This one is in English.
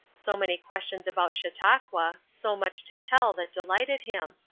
so many questions about chautauqua, so much to tell that delighted him.